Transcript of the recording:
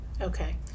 Okay